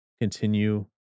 continue